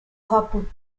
happen